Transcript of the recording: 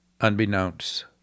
unbeknownst